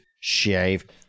shave